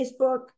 Facebook